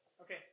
Okay